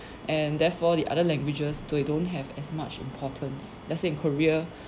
and therefore the other languages too you don't have as much importance let's say in korea